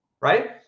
Right